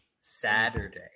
Saturday